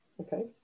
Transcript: okay